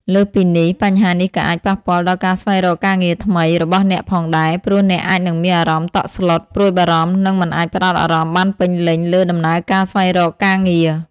លើសពីនេះ បញ្ហានេះក៏អាច ប៉ះពាល់ដល់ការស្វែងរកការងារថ្មី របស់អ្នកផងដែរ ព្រោះអ្នកអាចនឹងមានអារម្មណ៍តក់ស្លុត ព្រួយបារម្ភ និងមិនអាចផ្ដោតអារម្មណ៍បានពេញលេញលើដំណើរការស្វែងរកការងារ។